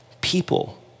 people